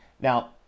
Now